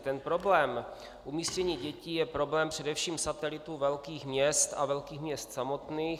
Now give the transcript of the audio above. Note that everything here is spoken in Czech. Ten problém umístění dětí je problém především satelitů velkých měst a velkých měst samotných.